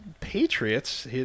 Patriots